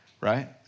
right